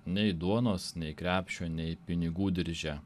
nei duonos nei krepšio nei pinigų dirže